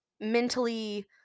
mentally